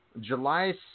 July